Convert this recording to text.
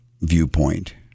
viewpoint